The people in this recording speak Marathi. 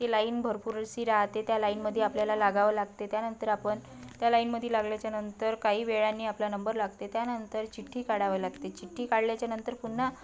ती लाईन भरपूर अशी राहते त्या लाईनमध्ये आपल्याला लागावं लागते त्यानंतर आपण त्या लाईनमध्ये लागल्याच्यानंतर काही वेळाने आपला नंबर लागते त्यानंतर चिठ्ठी काढावे लागते चिठ्ठी काढल्याच्यानंतर पुन्हा